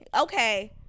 Okay